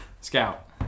Scout